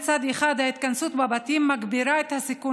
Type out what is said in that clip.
מצד אחד ההתכנסות בבתים מגבירה את הסיכון